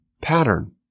pattern